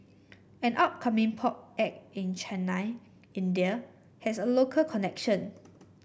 an upcoming pop act in Chennai India has a local connection